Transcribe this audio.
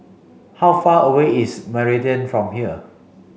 how far away is Meridian from here